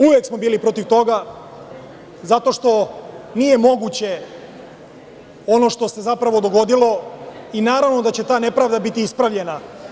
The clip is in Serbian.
Uvek smo bili protiv toga zato što nije moguće ono što se zapravo dogodilo i naravno da će ta nepravda biti ispravljena.